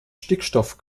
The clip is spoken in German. stickstoff